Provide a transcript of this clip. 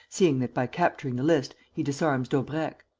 seeing that, by capturing the list, he disarms daubrecq.